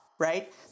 right